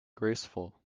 graceful